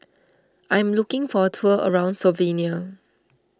I am looking for a tour around Slovenia